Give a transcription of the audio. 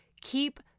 keep